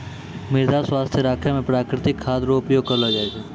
मृदा स्वास्थ्य राखै मे प्रकृतिक खाद रो उपयोग करलो जाय छै